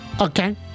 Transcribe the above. Okay